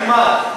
תלמד.